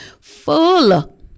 Full